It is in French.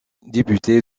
député